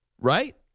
right